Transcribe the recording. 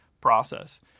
process